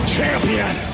Champion